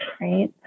right